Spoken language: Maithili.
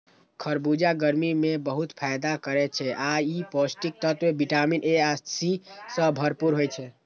खरबूजा गर्मी मे बहुत फायदा करै छै आ ई पौष्टिक तत्व विटामिन ए आ सी सं भरपूर होइ छै